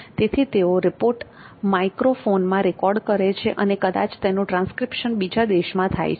તેથી તેઓ રિપોર્ટ માઇક્રોફોનમાં રેકોર્ડ કરે છે અને કદાચ તેનું ટ્રાંસ્ક્રિપ્શન બીજા દેશમાં થાય છે